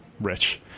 rich